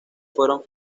fueron